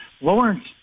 Lawrence